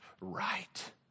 right